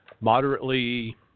Moderately